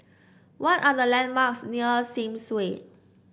what are the landmarks near Sims Way